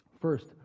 First